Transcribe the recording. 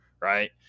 right